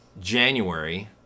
January